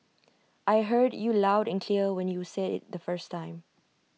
I heard you loud and clear when you said IT the first time